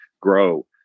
grow